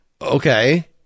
Okay